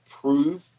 prove